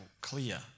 clear